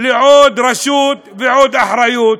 לעוד רשות ועוד אחריות,